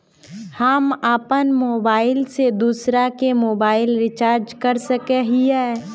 हम अपन मोबाईल से दूसरा के मोबाईल रिचार्ज कर सके हिये?